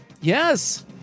Yes